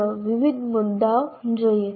ચાલો વિવિધ મુદ્દાઓ જોઈએ